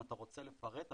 אם אתה רוצה לפרט,